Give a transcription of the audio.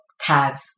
tags